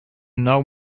know